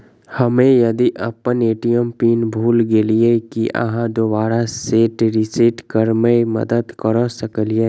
हम्मे यदि अप्पन ए.टी.एम पिन भूल गेलियै, की अहाँ दोबारा सेट रिसेट करैमे मदद करऽ सकलिये?